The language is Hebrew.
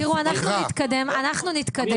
תראו, אנחנו נתקדם, אנחנו נתקדם.